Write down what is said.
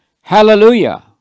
Hallelujah